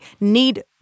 need